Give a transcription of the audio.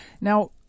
Now